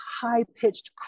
high-pitched